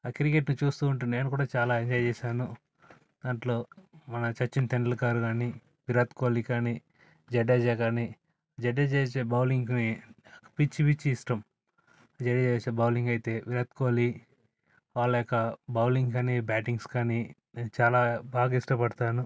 cricket చూస్తు ఉంటు నేను కూడా చాలా ఎంజాయ్ చేశాను దాంట్లో మన సచిన్ టెండూల్కర్ కానీ విరాట్ కోహ్లీ కానీ జడేజా కానీ జడేజా వేసే బౌలింగ్ని పిచ్చి పిచ్చి ఇష్టం జడేజా వేసే బౌలింగ్ అయితే విరాట్ కోహ్లీ వాళ్ళ యొక్క బౌలింగ్ కానీ బ్యాటింగ్స్ కానీ నేను చాలా బాగా ఇష్టపడతాను